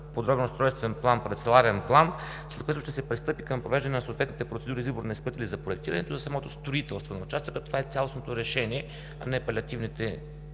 подробен устройствен план, парцеларен план, след което ще се пристъпи към провеждане на съответните процедури за избор на избор на път или за проектирането за самото строителство на участъка – това е цялостното решение, а не палиативните